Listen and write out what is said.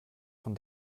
von